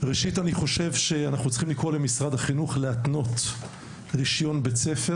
ראשית אני חושב שאנחנו צריכים לקרוא למשרד החינוך להתנות רישיון בית ספר